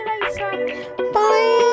bye